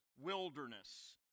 wilderness